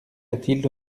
latil